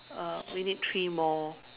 uh we need three more